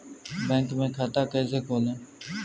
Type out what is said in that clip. Bank में खाता कैसे खोलें?